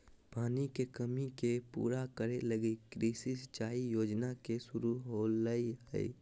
पानी के कमी के पूरा करे लगी कृषि सिंचाई योजना के शुरू होलय हइ